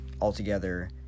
altogether